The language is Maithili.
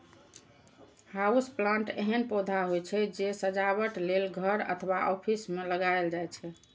हाउस प्लांट एहन पौधा होइ छै, जे सजावट लेल घर अथवा ऑफिस मे लगाएल जाइ छै